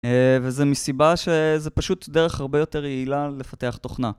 וזה מסיבה שזו פשוט דרך הרבה יותר יעילה לפתח תוכנה.